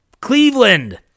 Cleveland